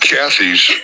Kathy's